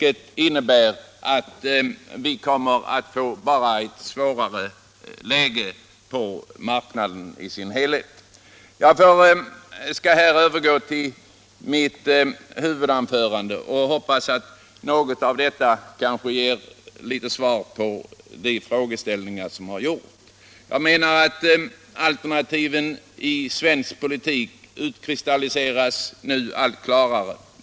En sådan finansiering skulle bara innebära att läget på marknaden och för sysselsättningen i dess helhet förvärrades. Jag skall så övergå till vad jag ursprungligen tänkt säga och hoppas att något av detta skall ge svar på de frågor som ställts. Alternativen i svensk politik utkristalliseras nu allt klarare.